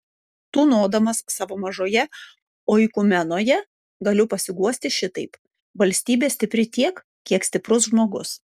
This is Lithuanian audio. tūnodamas savo mažoje oikumenoje galiu pasiguosti šitaip valstybė stipri tiek kiek stiprus žmogus